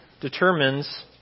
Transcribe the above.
determines